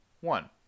one